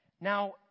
Now